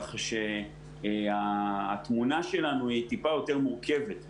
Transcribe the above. כך שהתמונה שלנו היא טיפה יותר מורכבת,